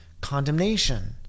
condemnation